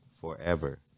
forever